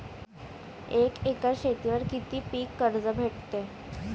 एक एकर शेतीवर किती पीक कर्ज भेटते?